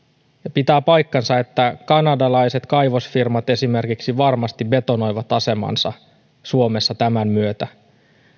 pitää paikkansa että kanadalaiset kaivosfirmat esimerkiksi varmasti betonoivat asemansa suomessa tämän myötä